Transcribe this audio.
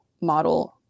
model